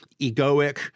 egoic